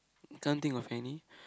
can't think of any